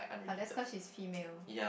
but that's cause she's female